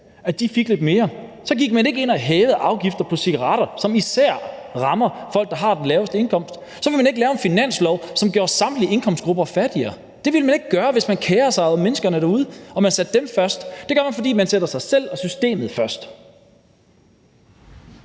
fik lidt mere; så gik man ikke ind og hævede afgifter på cigaretter, som især rammer folk, der har den laveste indkomst; så ville man ikke lave en finanslov, som gjorde samtlige indkomstgrupper fattigere. Det ville man ikke gøre, hvis man kerede sig om menneskerne derude, og hvis man satte dem først. Man gør det, fordi man sætter sig selv og systemet først.